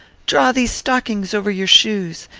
draw these stockings over your shoes.